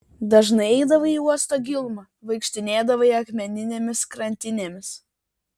dažnai eidavai į uosto gilumą vaikštinėdavai akmeninėmis krantinėmis